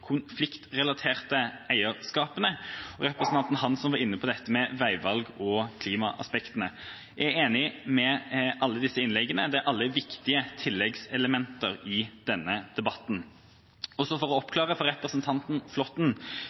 konfliktrelaterte eierskapene, og representanten Hansson var inne på dette med veivalg og klimaaspekt. Jeg er enig i det som ble sagt i alle disse innleggene. De er alle viktige tilleggselementer i denne debatten. For å oppklare for representanten